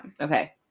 Okay